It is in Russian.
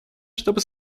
чтобы